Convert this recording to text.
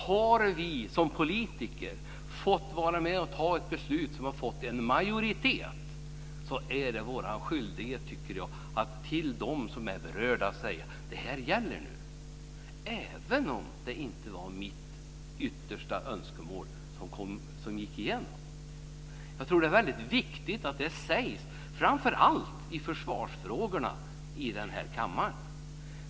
Om vi som politiker har fått vara med och fatta ett beslut som har fått en majoritet så är det vår skyldighet att till de berörda säga: Det här gäller nu! Det måste vi göra även om det inte var just ens eget yttersta önskemål som gick igenom. Det är viktigt att detta sägs - framför allt i försvarsfrågorna - i den här kammaren.